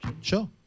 Sure